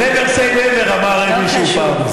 Never say never, אמר מישהו פעם.